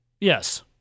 Yes